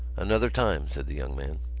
another time, said the young man.